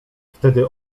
wtedy